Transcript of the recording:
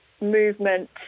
movement